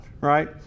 right